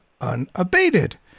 unabated